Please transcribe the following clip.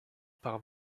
par